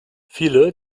viele